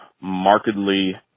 markedly